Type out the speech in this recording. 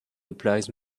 applies